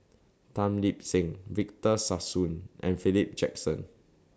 Tan Lip Seng Victor Sassoon and Philip Jackson